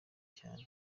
cyane